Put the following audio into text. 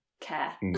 care